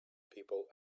people